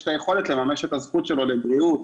את היכולת לממש את הזכות שלהם לבריאות,